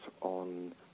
on